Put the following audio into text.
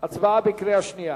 הצבעה בקריאה שנייה.